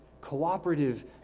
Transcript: Cooperative